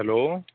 hello